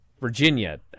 Virginia